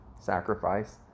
sacrifice